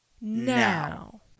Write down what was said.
Now